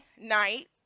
night